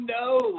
no